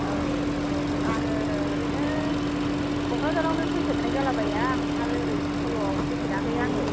औ गोबाव जाबाय आङो ओरैनो क'क्राझारावनो फैफेरनाय जालाबाया आरो ओरै सल'आव फैफेराखै आङो